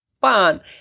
fun